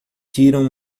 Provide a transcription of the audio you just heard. tiram